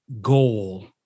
goal